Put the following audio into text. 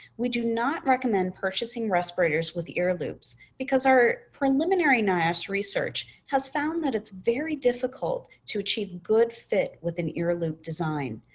we do not recommend purchasing respirators with ear loops, because our preliminary niosh research has found that it's very difficult to achieve good fit with an ear loop design.